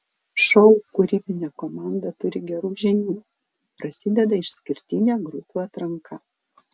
šou kūrybinė komanda turi gerų žinių prasideda išskirtinė grupių atranka